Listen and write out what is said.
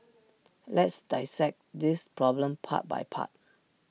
let's dissect this problem part by part